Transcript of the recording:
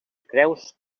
creus